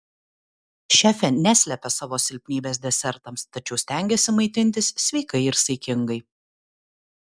šefė neslepia savo silpnybės desertams tačiau stengiasi maitintis sveikai ir saikingai